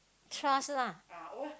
trust lah